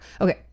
Okay